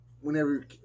whenever